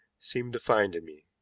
seemed to find in me.